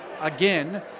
again